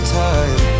time